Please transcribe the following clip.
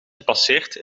gepasseerd